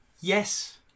yes